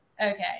okay